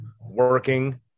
working